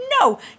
no